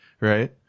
Right